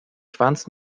schwanz